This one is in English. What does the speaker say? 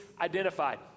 identified